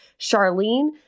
Charlene